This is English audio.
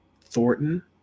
Thornton